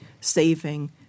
saving